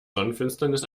sonnenfinsternis